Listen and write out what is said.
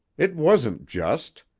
it wasn't just.